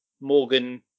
Morgan